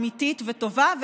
אמיתית וטובה.